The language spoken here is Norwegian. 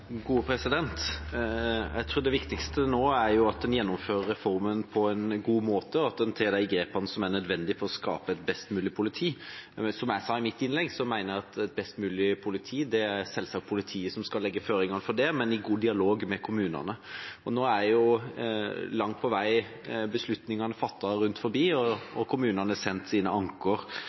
at en gjennomfører reformen på en god måte, og at en tar de grepene som er nødvendig for å skape et best mulig politi. Som jeg sa i mitt innlegg, mener jeg at et best mulig politi er det selvsagt politiet som skal legge føringene for, men i god dialog med kommunene. Nå er langt på vei beslutningene fattet rundt omkring, og kommunene har sendt